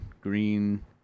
green